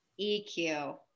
EQ